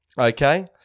okay